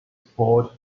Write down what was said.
support